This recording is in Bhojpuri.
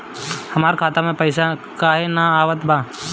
हमरा खाता में पइसा काहे ना आवत बा?